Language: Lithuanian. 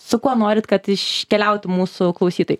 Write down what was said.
su kuo norit kad iškeliautų mūsų klausytojai